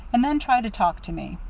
and then try to talk to me.